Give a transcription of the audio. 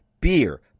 beer